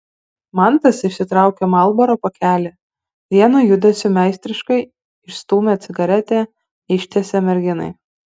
mantas išsitraukė marlboro pakelį vienu judesiu meistriškai išstūmė cigaretę ištiesė merginai